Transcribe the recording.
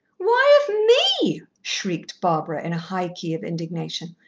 why of me? shrieked barbara in a high key of indignation.